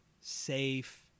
safe